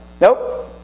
Nope